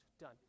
Done